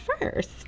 first